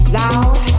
loud